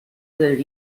del